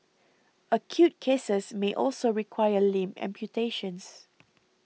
acute cases may also require limb amputations